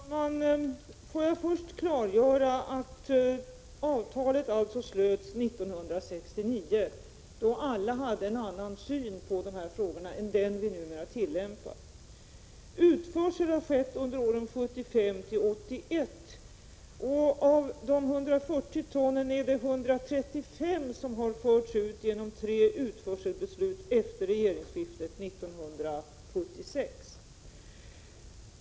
Fru talman! Låt mig först klargöra att avtalet slöts 1969, då alla hade en annan syn på de här frågorna än den vi numera tillämpar. Utförsel har skett under åren 1975-1981, och av de 140 tonnen har 135 förts ut genom tre utförselbeslut efter regeringsskiftet 1976.